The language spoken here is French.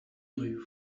rue